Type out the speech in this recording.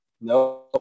No